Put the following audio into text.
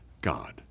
God